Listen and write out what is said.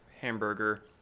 Hamburger